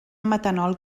metanol